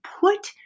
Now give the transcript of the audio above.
put